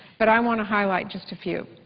but i want to highlight just a few.